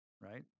right